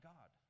God